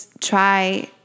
try